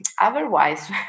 Otherwise